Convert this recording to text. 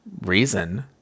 reason